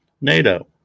NATO